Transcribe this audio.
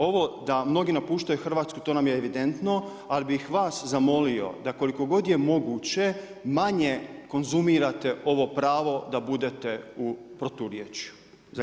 Ovo da mnogi napuštaju Hrvatsku to nam je evidentno, ali bih vas zamolio, da koliko god je moguće manje konzumirate ovo pravo da budete u proturječju.